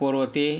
कोरवते